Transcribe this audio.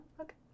okay